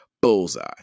Bullseye